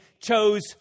chose